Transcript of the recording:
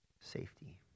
safety